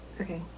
Okay